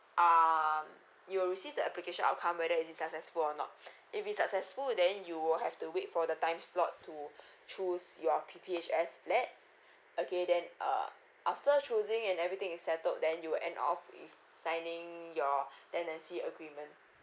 um you will receive the application outcome whether is it successful or not if it's successful then you will have to wait for the time slot to choose your P_P_H_S flat okay then uh after choosing and everything is settled then you'll end off with signing your tenancy agreement